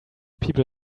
people